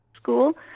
school